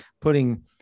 putting